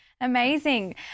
Amazing